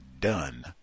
done